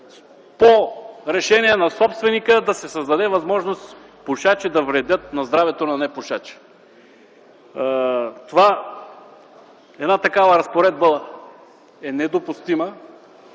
по решение на собственика да се създаде възможност пушачи да вредят на здравето на непушачи. Една такава разпоредба е недопустима.